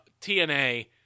TNA